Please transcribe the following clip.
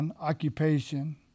occupation